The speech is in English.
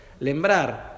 Lembrar